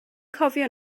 cofio